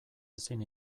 ezin